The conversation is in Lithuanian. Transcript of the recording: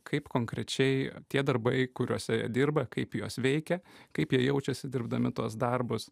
kaip konkrečiai tie darbai kuriuose jie dirba kaip juos veikia kaip jie jaučiasi dirbdami tuos darbus